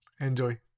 Enjoy